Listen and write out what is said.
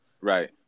Right